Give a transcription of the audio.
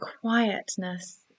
quietness